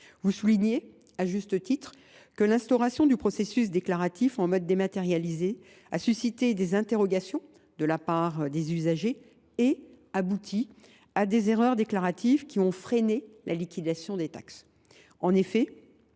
Vous soulignez, à juste titre, que l’instauration du processus déclaratif de manière dématérialisée a suscité des interrogations de la part des usagers et abouti à des erreurs déclaratives, qui ont freiné la liquidation des taxes. En effet,